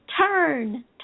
Turn